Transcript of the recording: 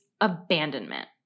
abandonment